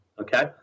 Okay